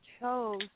chose